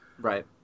Right